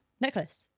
necklace